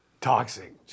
toxic